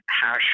hash